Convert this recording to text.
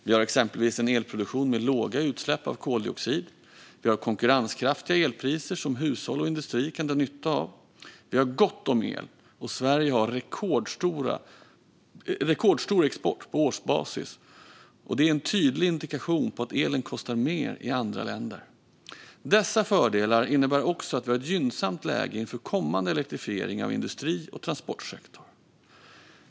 Vi har exempelvis en elproduktion med låga utsläpp av koldioxid. Vi har konkurrenskraftiga elpriser som hushåll och industri kan dra nytta av. Vi har gott om el, och Sveriges rekordstora export på årsbasis är en tydlig indikation på att elen kostar mer i andra länder. Dessa fördelar innebär också att vi har ett gynnsamt läge inför kommande elektrifiering av industri och transportsektor.